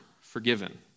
forgiven